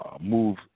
move